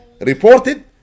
reported